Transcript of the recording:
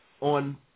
on